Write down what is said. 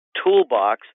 toolbox